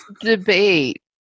debate